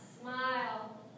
smile